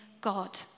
God